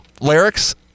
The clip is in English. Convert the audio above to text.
lyrics